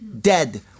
dead